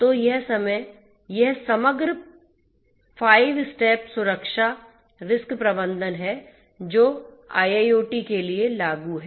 तो यह समग्र 5 स्टेप सुरक्षा रिस्क प्रबंधन है जो IIoT के लिए लागू है